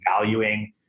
valuing